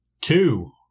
two